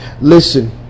Listen